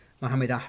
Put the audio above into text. Muhammad